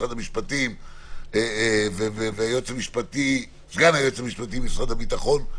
משרד המשפטים וסגן היועץ המשפטי במשרד הביטחון.